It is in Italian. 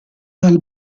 dal